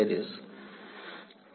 વિદ્યાર્થી Fourier series